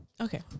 Okay